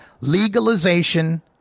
Legalization